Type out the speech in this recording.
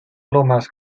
plomes